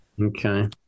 Okay